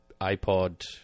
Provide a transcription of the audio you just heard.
iPod